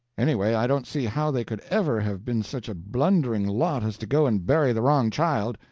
anyway, i don't see how they could ever have been such a blundering lot as to go and bury the wrong child.